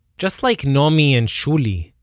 just like naomi and shuly,